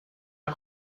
pas